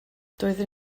doeddwn